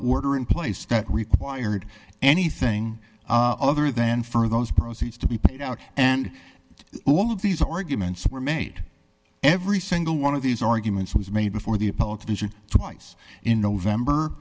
or in place that required anything other than for those proceeds to be paid out and all of these arguments were made every single one of these arguments was made before the appellate division twice in november